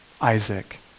Isaac